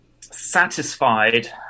satisfied